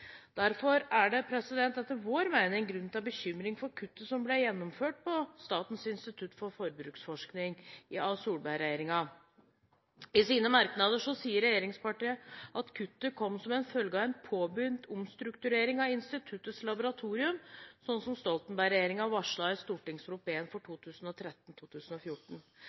Derfor er det etter vår mening grunn til bekymring for det kuttet som ble gjennomført på bevilgningene til Statens institutt for forbruksforskning av Solberg-regjeringen. I sine merknader sier regjeringspartiene at kuttet kom som følge av en påbegynt omstrukturering av instituttets laboratorium, slik Stoltenberg-regjeringen varslet i Prop. 1 S for